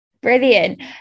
Brilliant